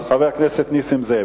חבר הכנסת נסים זאב.